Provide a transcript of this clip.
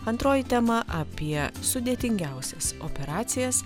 antroji tema apie sudėtingiausias operacijas